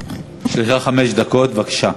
יש לך חמש דקות, בבקשה.